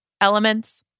elements